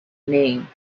name